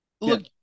Look